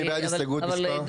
מי בעד הסתייגות מספר 63?